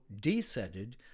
descended